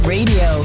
Radio